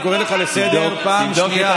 אני קורא אותך לסדר פעם שנייה.